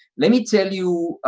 let me tell you